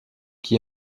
qui